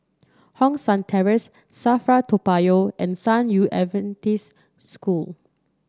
Hong San Terrace Safra Toa Payoh and San Yu Adventist School